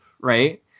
right